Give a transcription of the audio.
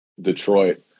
Detroit